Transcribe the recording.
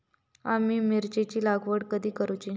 आम्ही मिरचेंची लागवड कधी करूची?